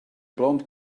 blonde